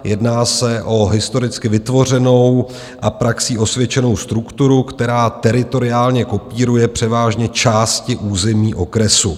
Jedná se o historicky vytvořenou a praxí osvědčenou strukturu, která teritoriálně kopíruje převážně části území okresu.